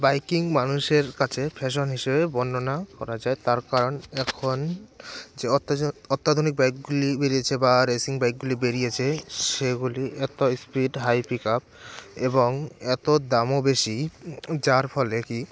biking মানুষের কাছে fashion হিসেবে বর্ণনা করা যায় তার কারণ এখন যে অত্যাধুনিক বাইকগুলি বেরিয়েছে বা রেসিং বাইকগুলি বেরিয়েছে সেগুলির এত স্পিড হাই পিক আপ এবং এত দামও বেশি যার ফলে কি